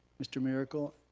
mr. miracle,